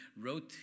wrote